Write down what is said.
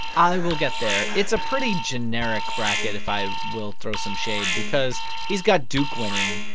i will get there. it's a pretty generic bracket if i will throw some shade because he's got duke winning,